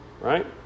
right